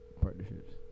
partnerships